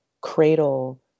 cradle